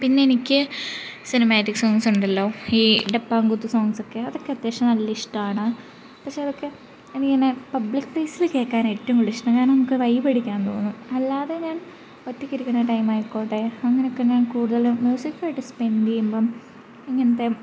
പിന്നെ എനിക്ക് സിനിമാറ്റിക് സോങ്ങ്സുണ്ടല്ലോ ഈ ഡപ്പാംകൂത്ത് സോങ്ങ്സൊക്കെ അതൊക്കെ അത്യാവശ്യം നല്ല ഇഷ്ടമാണ് പക്ഷേ അതൊക്കെ എനിക്കിങ്ങനെ പബ്ലിക് പ്ലേസില് കേള്ക്കാനാണ് ഏറ്റവും കൂടുതലിഷ്ടം കാരണം നമുക്ക് വൈബടിക്കാൻ തോന്നും അല്ലാതെ ഞാൻ ഒറ്റക്കിരിക്കണ ടൈമായിക്കോട്ടെ അങ്ങനെയൊക്കെ ഞാൻ കൂടുതലും മ്യൂസിക്കായിട്ട് സ്പെൻഡെയ്യുമ്പോള് ഇങ്ങനത്തെ